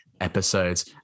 episodes